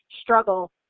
struggle